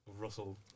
Russell